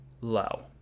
low